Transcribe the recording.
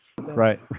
Right